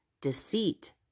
deceit